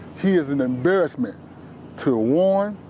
he's an embarrassment to warren,